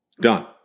done